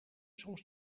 soms